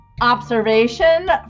observation